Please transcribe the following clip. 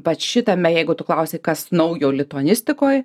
pat šitame jeigu tu klausi kas naujo lituanistikoj